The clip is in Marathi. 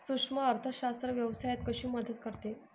सूक्ष्म अर्थशास्त्र व्यवसायात कशी मदत करते?